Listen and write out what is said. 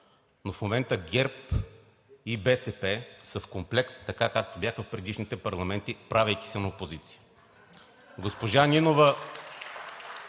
Но в момента ГЕРБ и БСП са в комплект, както бяха в предишните парламенти, правейки се на опозиция.